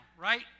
right